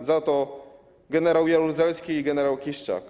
za to gen. Jaruzelski i gen. Kiszczak.